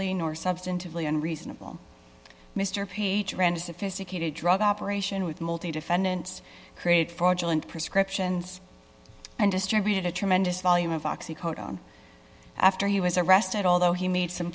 nor substantively and reasonable mr peach rendered sophisticated drug operation with multi defendants create fraudulent prescriptions and distributed a tremendous volume of oxy coat on after he was arrested although he made some